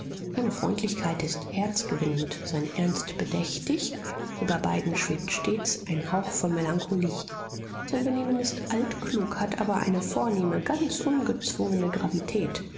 seine freundlichkeit ist herzgewinnend sein ernst bedächtig über beiden schwebt stets ein hauch von melancholie sein benehmen ist altklug hat aber eine vornehme ganz ungezwungene gravität